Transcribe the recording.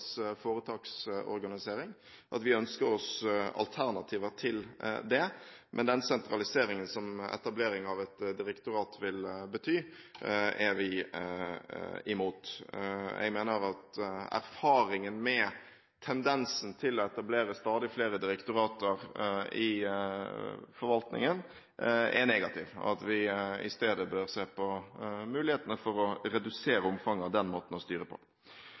foretaksorganisering, og at vi ønsker oss alternativer til det, men den sentraliseringen som etableringen av et direktorat vil bety, er vi imot. Jeg mener at erfaringen med tendensen til å etablere stadig flere direktorater i forvaltningen er negativ, og at vi i stedet bør se på mulighetene for å redusere omfanget av den måten å styre på.